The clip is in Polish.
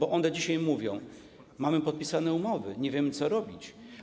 One dzisiaj mówią: mamy podpisane umowy, nie wiemy, co robić.